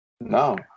No